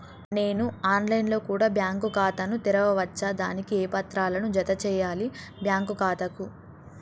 నేను online లో కూడా బ్యాంకు ఖాతా ను తెరవ వచ్చా? దానికి ఏ పత్రాలను జత చేయాలి బ్యాంకు ఖాతాకు?